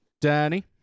Danny